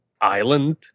island